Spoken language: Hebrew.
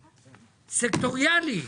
סקטוריאלי,